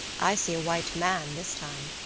i see a white man this time,